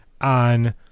on